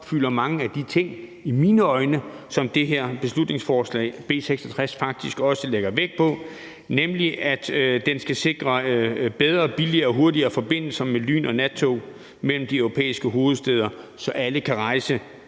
øjne mange af de ting, som det her beslutningsforslag, B 66, faktisk også lægger vægt på, nemlig at det skal sikre bedre, billigere og hurtigere forbindelser med lyn- og nattog mellem de europæiske hovedstæder, så alle kan rejse